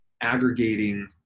aggregating